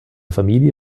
familie